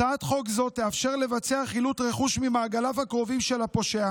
הצעת חוק זו תאפשר לבצע חילוט רכוש ממעגליו הקרובים של פושע